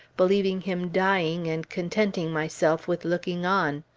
believing him dying and contenting myself with looking on.